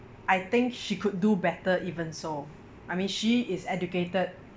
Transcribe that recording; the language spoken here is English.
I think she could do better even so I mean she is educated